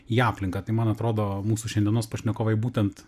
į aplinką tai man atrodo mūsų šiandienos pašnekovai būtent